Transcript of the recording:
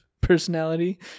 personality